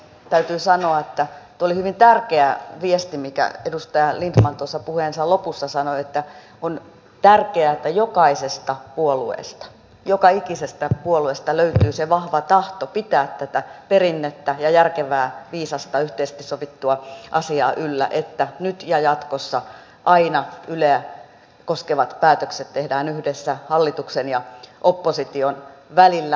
täytyy sanoa että tuo oli hyvin tärkeä viesti minkä edustaja lindtman tuossa puheensa lopussa sanoi että on tärkeää että joka ikisestä puolueesta löytyy se vahva tahto pitää tätä perinnettä ja järkevää viisasta yhteisesti sovittua asiaa yllä että nyt ja jatkossa aina yleä koskevat päätökset tehdään yhdessä hallituksen ja opposition välillä